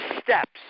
steps